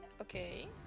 Okay